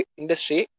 industry